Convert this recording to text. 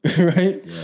right